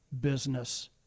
business